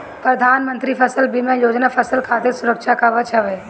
प्रधानमंत्री फसल बीमा योजना फसल खातिर सुरक्षा कवच हवे